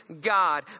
God